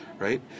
Right